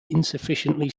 insufficiently